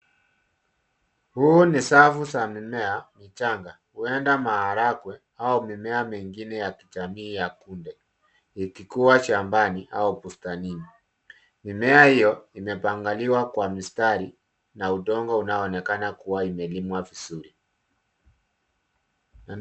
Huu ni safu za mimea michanga huenda maharagwe au mimea mengine ya kijamii ya kunde, ikikua shambani au bustanini. Mimea hio imepanganiwa kwa mstari na udongo unaoonekana kuwa imelimwa vizuri.